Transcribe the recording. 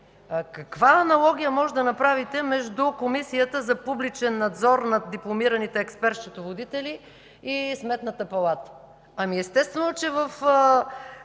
Каква аналогия можете да направите между Комисията за публичен надзор над дипломираните експерт-счетоводители и Сметната палата?